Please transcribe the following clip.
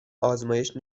آزمایش